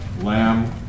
lamb